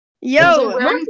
Yo